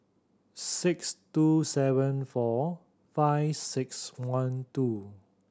six two seven four five six one two